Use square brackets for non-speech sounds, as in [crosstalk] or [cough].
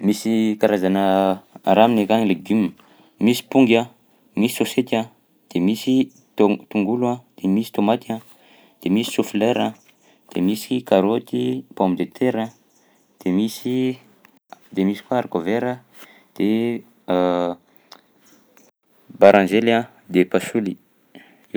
Misy karazana araha aminay akagny ny legioma: misy pongy a, misy sôsety a, de misy ton- tongolo a, de misy tômaty a, de misy choux fleur a, de misy karaoty, pomme de terra, de misy de misy koa haricot vert a, de [hesitation] [noise] baranjely a, de pasoly.